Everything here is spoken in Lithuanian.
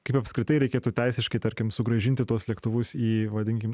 kaip apskritai reikėtų teisiškai tarkim sugrąžinti tuos lėktuvus į vadinkim